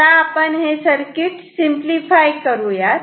आता आपण हे सर्किट सिम्पलीफाय करूयात